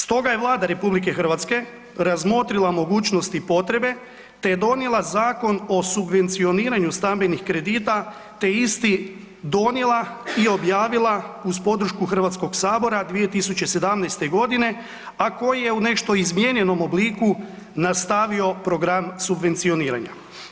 Stoga je Vlada RH razmotrila mogućnost i potrebe, te je donijela Zakon o subvencioniranju stambenih kredita, te isti donijela i objavila uz podršku HS 2017.g., a koji je u nešto izmijenjenom obliku nastavio program subvencioniranja.